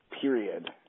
period